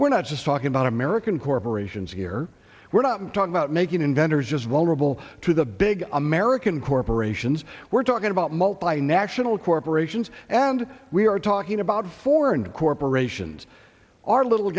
we're not just talking about american corporations here we're not talking about making inventors just vulnerable to the big american corporations we're talking about multinational corporations and we are talking about foreign corporations our little